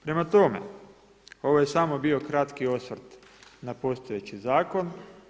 Prema tome, ovo je samo bio kratki osvrt na postojeći zakon.